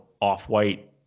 off-white